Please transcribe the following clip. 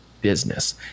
business